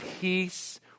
peace